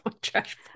Trash